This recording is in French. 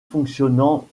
fonctionnant